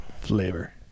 flavor